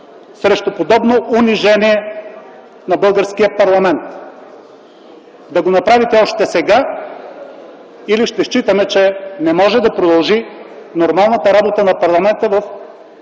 срещу подобно унижение на българския парламент. Да го направите още сега или ще считаме, че нормалната работа на парламента